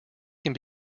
can